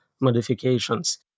modifications